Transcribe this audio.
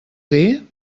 dir